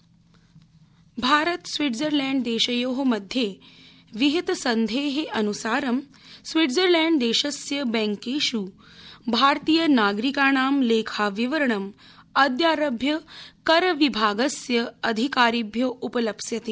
Swiss bank Bharat Switzerland देशयो मध्ये विहित सन्धे अनुसारं स्विट्ज़रलैण्ड देशस्य बैंकेष् भारतीय नागरिकाणां लेखाविवरणम् अद्यारभ्य कर विभागस्य अधिकारिभ्यो उपलप्स्यते